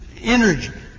energy